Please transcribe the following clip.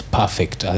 perfect